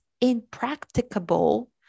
impracticable